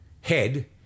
head